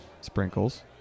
Sprinkles